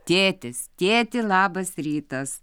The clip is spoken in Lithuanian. tėtis tėti labas rytas